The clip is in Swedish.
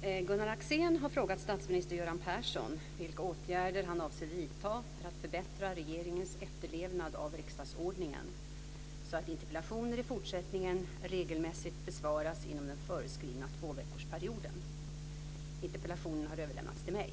Fru talman! Gunnar Axén har frågat statsminister Göran Persson vilka åtgärder han avser vidta för att förbättra regeringens efterlevnad av riksdagsordningen, så att interpellationer i fortsättningen regelmässigt besvaras inom den föreskrivna tvåveckorsperioden. Interpellationen har överlämnats till mig.